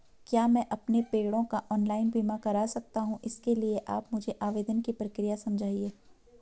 क्या मैं अपने पेड़ों का ऑनलाइन बीमा करा सकता हूँ इसके लिए आप मुझे आवेदन की प्रक्रिया समझाइए?